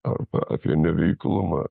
arba apie neveiklumą